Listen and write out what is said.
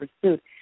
pursuit